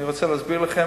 אני רוצה להסביר לכם